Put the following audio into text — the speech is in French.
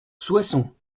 soissons